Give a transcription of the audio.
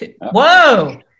Whoa